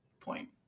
point